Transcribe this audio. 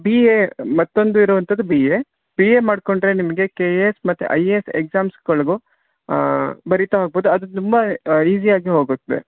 B A ಮತ್ತೊಂದು ಇರುವಂಥದ್ದು B A B A ಮಾಡ್ಕೊಂಡರೆ ನಿಮಗೆ ಕೆ ಎ ಎಸ್ ಮತ್ತು ಐ ಎ ಎಸ್ ಎಕ್ಸಾಮ್ಸ್ಗಳಿಗೂ ಬರಿತಾ ಹೋಗ್ಬೋದು ಅದು ತುಂಬಾ ಈಝಿ ಆಗಿ ಹೋಗುತ್ತವೆ